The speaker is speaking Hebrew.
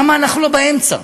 למה אנחנו לא באמצע?